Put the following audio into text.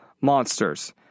Monsters